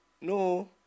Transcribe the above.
No